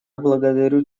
благодарю